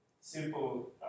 simple